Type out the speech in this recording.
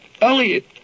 Elliot